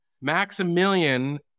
Maximilian